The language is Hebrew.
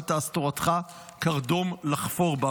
אל תעש תורתך קרדום לחפור בה?